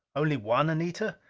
only one, anita?